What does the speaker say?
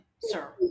sir